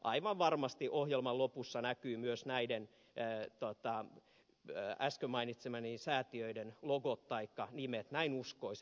aivan varmasti ohjelman lopussa näkyvät myös näiden äsken mainitsemieni säätiöiden logot taikka nimet näin uskoisin